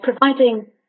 providing